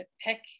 pick